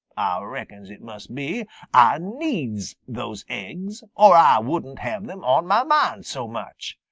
reckons it must be ah needs those aiggs, or ah wouldn't have them on mah mind so much.